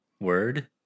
word